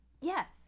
Yes